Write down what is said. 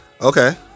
Okay